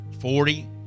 Forty